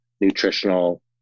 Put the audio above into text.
nutritional